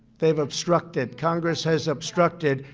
they've obstructed. congress has obstructed.